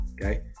okay